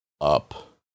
up